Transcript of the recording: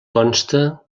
consta